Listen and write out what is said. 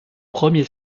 premier